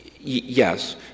Yes